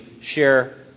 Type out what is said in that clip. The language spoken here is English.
share